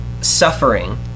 suffering